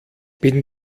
bin